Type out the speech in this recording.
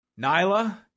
Nyla